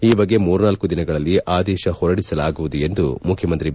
ಈ ಬಗ್ಗೆ ಮೂರ್ನಾಲ್ಕು ದಿನಗಳಲ್ಲಿ ಆದೇಶ ಹೊರಡಿಸಲಾಗುವುದು ಎಂದು ಮುಖ್ಯಮಂತ್ರಿ ಬಿ